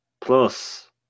plus